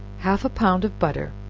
half a pound of butter,